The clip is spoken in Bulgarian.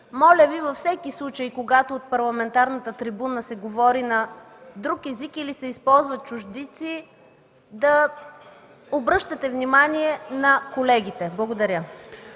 Моля Ви във всеки случай, когато от парламентарната трибуна се говори на друг език или се използват чуждици, да обръщате внимание на колегите. Благодаря.